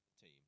team